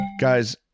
Guys